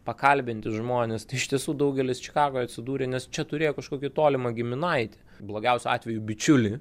pakalbinti žmones tai iš tiesų daugelis čikagoj atsidūrė nes čia turėjo kažkokį tolimą giminaitį blogiausiu atveju bičiulį